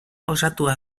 osatua